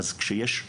אז כשיש יש